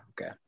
okay